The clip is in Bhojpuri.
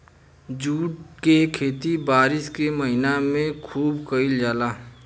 जूट के खेती बारिश के महीना में खुब कईल जाला